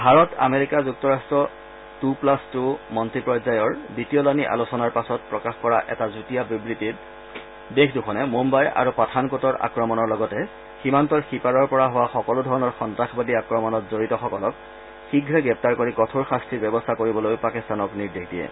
Bharat America যুক্তৰাষ্ট two plus two মন্তী পৰ্যায়ৰ দ্বিতীয়লানি আলোচনাৰ পাছত প্ৰকাশ কৰা এটা যুটীয়া বিবৃতিত দেশ দুখনে মূৱাই আৰু পাঠানকোটৰ আক্ৰমণৰ লগতে সীমান্তৰ সিপাৰৰ পৰা হোৱা সকলোধৰণৰ সন্তাসবাদী আক্ৰমণত জড়িত সকলক শীঘ্ৰে গ্ৰেপ্তাৰ কৰি কঠোৰ শাস্তিৰ ব্যৱস্থা কৰিবলৈও পাকিস্তানক নিৰ্দেশ দিয়ে